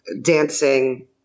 dancing